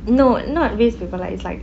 no not waste paper like it's like